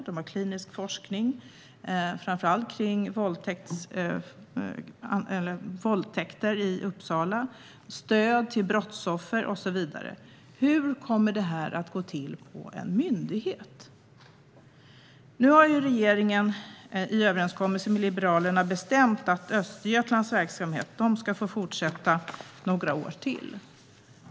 De har klinisk forskning, framför allt kring våldtäkter i Uppsala. De har stöd till brottsoffer och så vidare. Hur kommer detta att gå till på en myndighet? Nu har regeringen i en överenskommelse med Liberalerna bestämt att Östergötlands verksamhet ska få fortsätta några år till.